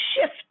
shift